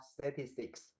statistics